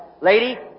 lady